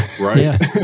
right